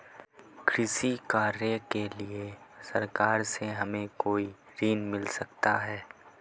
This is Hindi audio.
कृषि कार्य के लिए सरकार से हमें कोई ऋण मिल सकता है?